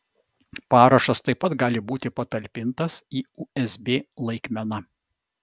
parašas taip pat gali būti patalpintas į usb laikmeną